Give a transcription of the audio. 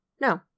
No